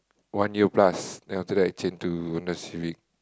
one year plus then after that I change to Honda-Civic